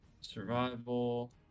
survival